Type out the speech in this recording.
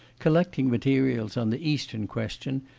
collecting materials on the eastern question,